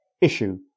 issue